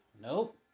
Nope